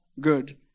good